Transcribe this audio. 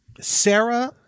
Sarah